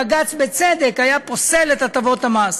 בג"ץ בצדק היה פוסל את הטבות המס.